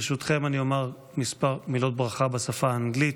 ברשותכם אני אומר כמה מילות ברכה בשפה האנגלית.